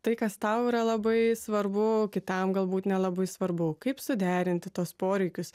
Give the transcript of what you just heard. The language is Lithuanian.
tai kas tau yra labai svarbu kitam galbūt nelabai svarbu kaip suderinti tuos poreikius